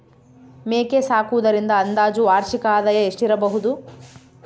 ಮೇಕೆ ಸಾಕುವುದರಿಂದ ಅಂದಾಜು ವಾರ್ಷಿಕ ಆದಾಯ ಎಷ್ಟಿರಬಹುದು?